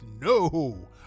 No